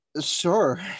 Sure